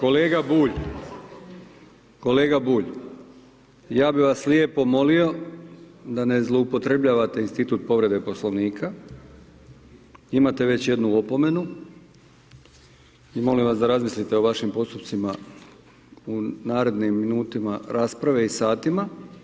Kolega Bulj, kolega Bulj, ja bi vas lijepo molio da ne zloupotrebljavate institut povrede Poslovnika, imate već jednu opomenu i molim vas da razmislite o vašim postupcima u narednim minutama rasprave i satima.